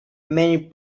many